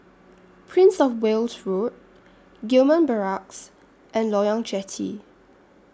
Prince of Wales Road Gillman Barracks and Loyang Jetty